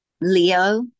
Leo